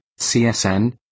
CSN